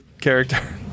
character